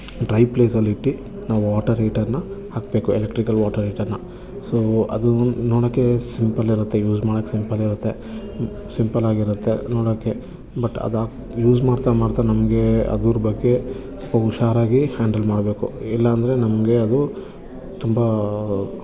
dry ಪ್ಲೇಸಲ್ಲಿ ಇಟ್ಟು ನಾವು ವಾಟರ್ ಹೀಟರನ್ನ ಹಾಕಬೇಕು ಎಲೆಕ್ಟ್ರಿಕಲ್ ವಾಟರ್ ಹೀಟರನ್ನ ಸೊ ಅದು ನೋಡಕ್ಕೆ ಸಿಂಪಲಿರತ್ತೆ ಯೂಸ್ ಮಾಡಕ್ಕೆ ಸಿಂಪಲಿರತ್ತೆ ಸಿಂಪಲಾಗಿರತ್ತೆ ನೋಡಕ್ಕೆ ಬಟ್ ಅದು ಯೂಸ್ ಮಾಡ್ತಾ ಮಾಡ್ತಾ ನಮ್ಗೆ ಅದರ್ ಬಗ್ಗೆ ಸ್ವಲ್ಪ ಹುಷಾರಾಗಿ ಹ್ಯಾಂಡಲ್ ಮಾಡಬೇಕು ಇಲ್ಲ ಅಂದರೆ ನಮಗೆ ಅದು ತುಂಬ